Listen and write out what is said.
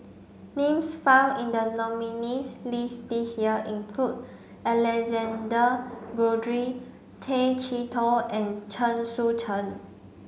names found in the nominees' list this year include Alexander Guthrie Tay Chee Toh and Chen Sucheng